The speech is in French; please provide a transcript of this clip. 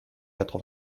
quatre